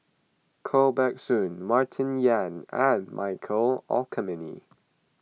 Koh Buck Song Martin Yan and Michael Olcomendy